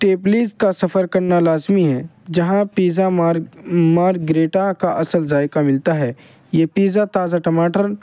ٹیپلیز کا سفر کرنا لازمی ہے جہاں پیزا مارگریٹا کا اصل ذائقہ ملتا ہے یہ پیزا تازہ ٹماٹر